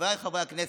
חבריי חברי הכנסת,